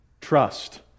Trust